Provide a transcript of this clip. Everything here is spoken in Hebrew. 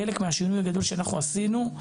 חלק מהשינוי הגדול שאנחנו עשינו.